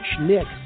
Nick